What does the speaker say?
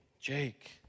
Jake